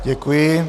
Děkuji.